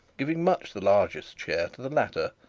giving much the largest share to the latter.